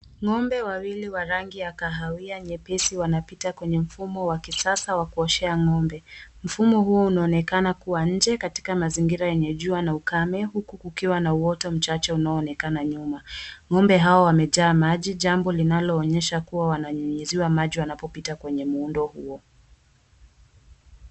Ng'ombe wawili wa rangi ya kahawia nyepesi wanapita kwenye mfumo wa kisasa wa kuoshea ng'ombe. Mfumo huo unaonekana kuwa nje katika mazingira yenye jua na ukame, huku kukiwa na uoto mchache unaonekana nyuma. Ng'ombe hao wamejaa maji, jambo linaloonyesha kuwa wananyunyiziwa maji wanapopita kwenye muundo huo.